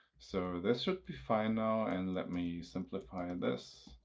so this should be fine now. and let me simplify and this